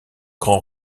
grand